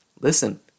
Listen